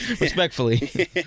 Respectfully